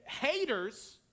haters